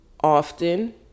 often